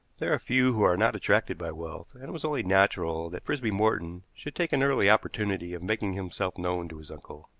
there are few who are not attracted by wealth, and it was only natural that frisby morton should take an early opportunity of making himself known to his uncle.